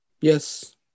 Yes